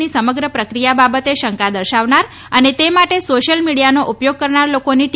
ની સમગ્ર પ્રક્રિયા બાબતે શંકા દર્શાવનાર અને તે માટે સોશિયલ મિડીયાનો ઉપયોગ કરનાર લોકોની ટીકા કરી છે